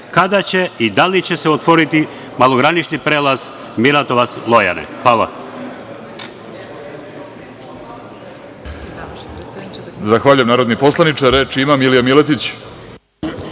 kada će i da li će se otvoriti malogranični prelaz Miratovac – Lojane? Hvala.